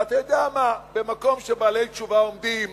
ואתה יודע מה, במקום שבעלי תשובה עומדים,